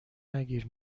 نگیر